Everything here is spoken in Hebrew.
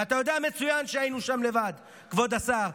אתה יודע מצוין שהיינו שם לבד, כבוד השר.